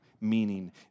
meaning